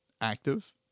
active